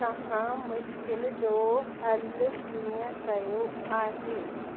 तव्हां मुश्किल जो हलु कीअं कयो आहे